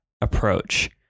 approach